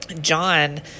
John